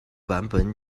版本